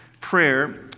prayer